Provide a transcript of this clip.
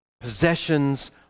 possessions